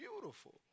beautiful